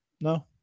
No